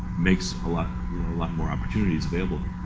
makes a lot lot more opportunities available.